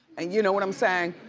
ah you know what i'm saying.